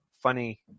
funny